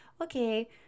okay